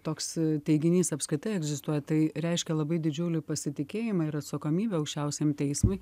toks teiginys apskritai egzistuoja tai reiškia labai didžiulį pasitikėjimą ir atsakomybę aukščiausiajam teismui